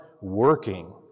working